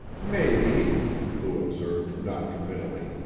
maybe, lou observed non-committally,